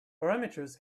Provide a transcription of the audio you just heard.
parameters